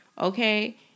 Okay